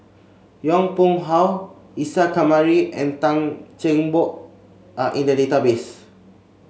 Yong Pung How Isa Kamari and Tan Cheng Bock are in the database